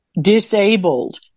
disabled